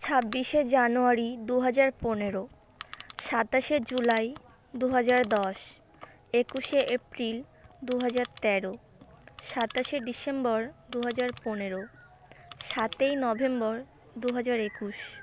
ছাব্বিশে জানুয়ারি দুহাজার পনেরো সাতাশে জুলাই দুহাজার দশ একুশে এপ্রিল দুহাজার তেরো সাতাশে ডিসেম্বর দুহাজার পনেরো সাতই নভেম্বর দুহাজার একুশ